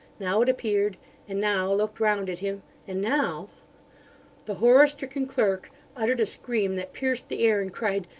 now it appeared and now looked round at him and now the horror-stricken clerk uttered a scream that pierced the air, and cried,